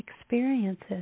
experiences